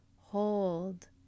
hold